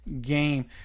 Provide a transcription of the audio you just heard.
game